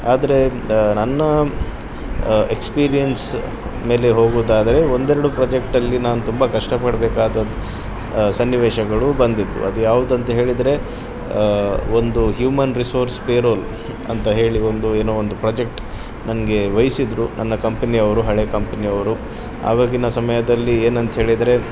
ಆದರೆ ನನ್ನ ಎಕ್ಸ್ಪೀರಿಯೆನ್ಸ್ ಮೇಲೆ ಹೋಗೋದಾದರೆ ಒಂದೆರಡು ಪ್ರೊಜೆಕ್ಟಲ್ಲಿ ನಾನು ತುಂಬ ಕಷ್ಟಪಡ್ಬೇಕಾದದ್ದು ಸ್ ಸನ್ನಿವೇಶಗಳು ಬಂದಿದ್ವು ಅದು ಯಾವುದಂತ ಹೇಳಿದರೆ ಒಂದು ಹ್ಯೂಮನ್ ರಿಸೋರ್ಸ್ ಪೇರೋಲ್ ಅಂತ ಹೇಳಿ ಒಂದು ಏನೋ ಒಂದು ಪ್ರೊಜೆಕ್ಟ್ ನನ್ಗೆ ವಹಿಸಿದ್ರು ನನ್ನ ಕಂಪೆನಿಯವರು ಹಳೆಯ ಕಂಪೆನಿಯವರು ಅವಾಗಿನ ಸಮಯದಲ್ಲಿ ಏನಂತೇಳಿದರೆ